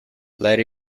let